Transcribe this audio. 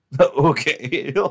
okay